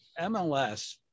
MLS